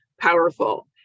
powerful